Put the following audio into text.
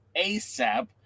ASAP